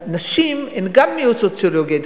אז נשים הן גם מיעוט סוציולוגי.